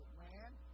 land